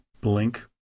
blink